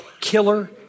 killer